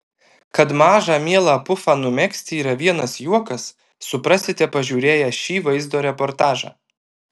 kad mažą mielą pufą numegzti yra vienas juokas suprasite pažiūrėję šį vaizdo reportažą